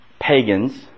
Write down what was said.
Pagans